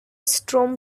storm